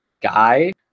guy